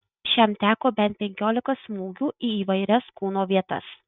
šiam teko bent penkiolika smūgių į įvairias kūno vietas